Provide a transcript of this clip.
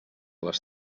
les